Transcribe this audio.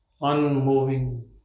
unmoving